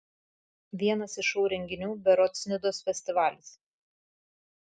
vienas iš šou renginių berods nidos festivalis